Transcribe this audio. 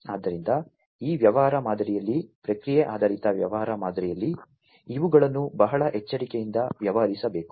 ಆದ್ದರಿಂದ ಈ ವ್ಯವಹಾರ ಮಾದರಿಯಲ್ಲಿ ಪ್ರಕ್ರಿಯೆ ಆಧಾರಿತ ವ್ಯವಹಾರ ಮಾದರಿಯಲ್ಲಿ ಇವುಗಳನ್ನು ಬಹಳ ಎಚ್ಚರಿಕೆಯಿಂದ ವ್ಯವಹರಿಸಬೇಕು